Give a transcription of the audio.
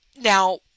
now-